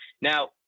Now